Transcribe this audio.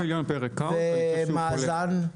ומאזן?